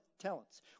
talents